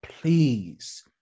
please